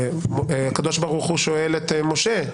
כשהקדוש ברוך הוא שואל את משה: